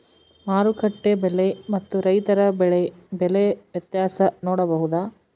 ಮಾರುಕಟ್ಟೆ ಬೆಲೆ ಮತ್ತು ರೈತರ ಬೆಳೆ ಬೆಲೆ ವ್ಯತ್ಯಾಸ ನೋಡಬಹುದಾ?